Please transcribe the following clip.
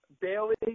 Bailey